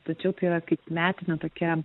tačiau tai yra kaip metinė tokia